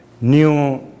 new